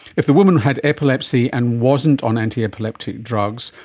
if the woman had epilepsy and wasn't on antiepileptic drugs,